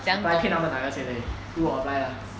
apply 骗他们拿到钱而已如果我 apply lah